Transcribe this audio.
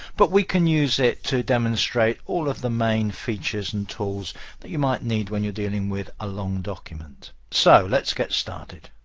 but we can use it to demonstrate all of the main features and tools that you might need when you're dealing with a long document. so let's get started.